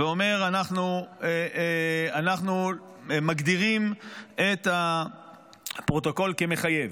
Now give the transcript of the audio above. ואומר, אנחנו מגדירים את הפרוטוקול כמחייב.